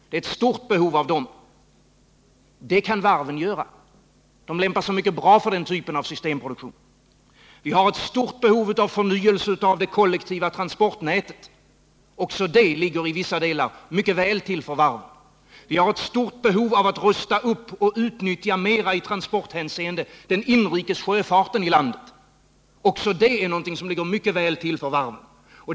Det är ett stort behov av sådana. Varven lämpar sig mycket bra för den typen av systemproduktion. Vi har vidare ett stort behov av en förnyelse av de kollektiva transportmedlen. Också det ligger till vissa delar mycket väl till för varven. Vi har också ett stort behov av att rusta upp och för transporter i större utsträckning utnyttja den inrikes sjöfarten i landet. Också det är någonting som ligger mycket väl till för varven.